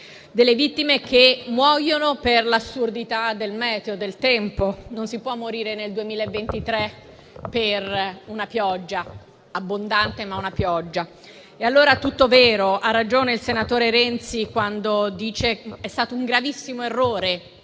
delle vittime che muoiono per l'assurdità del tempo: nel 2023 non si può morire per una pioggia (abbondante, ma pur sempre una pioggia). Allora è tutto vero, ha ragione il senatore Renzi quando dice che è stato un gravissimo errore